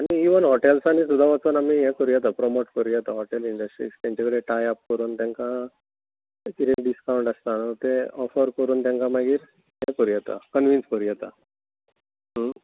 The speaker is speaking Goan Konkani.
इवन हॉटेल्सांनी सुद्दां वचून आमी हें करूं येता प्रमोट करूं येता हॉटेल इंडश्ट्रीस तांचे कडेन टाय आप करून तांकां कितें डिसकावण्ट आसता न्हय ते ऑफर करून तांकां मागीर हें करूं येता कनविन्स करूं येता